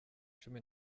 cumi